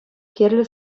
кирлӗ